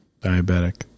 Diabetic